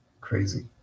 crazy